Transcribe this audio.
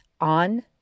on